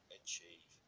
achieve